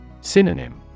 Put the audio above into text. Synonym